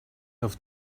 auf